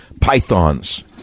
pythons